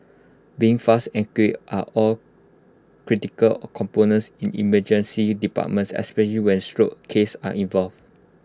being fast and accurate are all critical components in emergency departments especially when stroke cases are involved